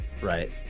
Right